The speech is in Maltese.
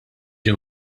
ġie